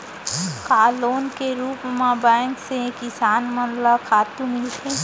का लोन के रूप मा बैंक से किसान मन ला खातू मिलथे?